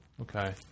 Okay